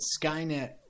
Skynet